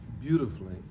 beautifully